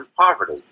poverty